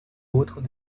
autres